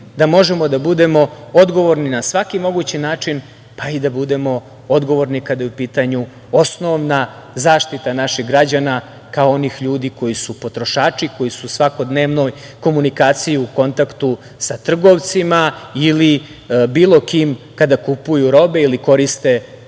da možemo da budemo odgovorni na svaki mogući način, pa i da budemo odgovorni kada je u pitanju osnovna zaštita naših građana, kao onih ljudi koji su potrošači, koji su u svakodnevnoj komunikaciji, u kontaktu sa trgovcima ili bilo kim kada kupuju robe ili koriste određene